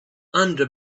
under